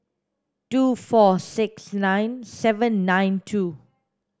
two four six nine seven nine two